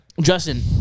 Justin